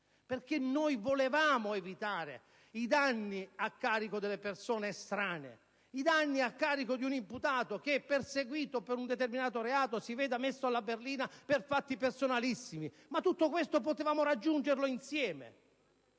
immani. Noi volevamo evitare i danni a carico delle persone estranee, i danni a carico di un imputato che, perseguito per un determinato reato, si vede messo alla berlina per fatti personalissimi. Voi lo avete impedito. Tutto questo potevamo raggiungerlo insieme,